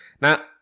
Now